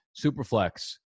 Superflex